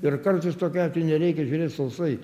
ir kartais tokiu atveju nereikia žiūrėt sausai